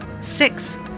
Six